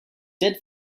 did